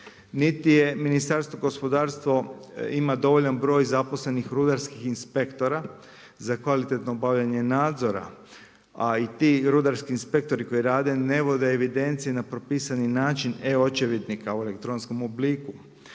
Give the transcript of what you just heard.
Niti je Ministarstvo gospodarstva, ima dovoljan broj zaposlenih rudarskih inspektora za kvalitetno obavljanje nadzora. A i ti rudarski inspektori koji rade ne vode evidencije na propisani način e očevidnika u elektronskom obliku.